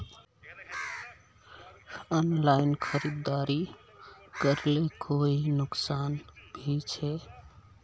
Online खरीदारी करले कोई नुकसान भी छे?